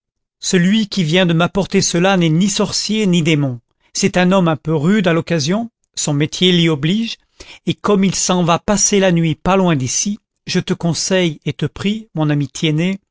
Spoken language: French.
celui qui vient de m'apporter cela n'est ni sorcier ni démon c'est un homme un peu rude à l'occasion son métier l'y oblige et comme il s'en va passer la nuit pas loin d'ici je te conseille et te prie mon ami